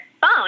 phone